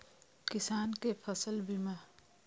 किसान कै फसल बीमा?